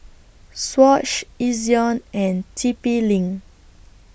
Swatch Ezion and T P LINK